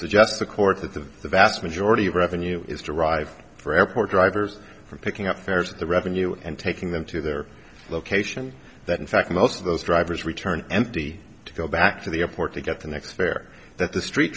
suggest the court that the vast majority of revenue is derived from airport drivers for picking up fares of the revenue and taking them to their location that in fact most of those drivers return empty to go back to the airport to get the next fare that the street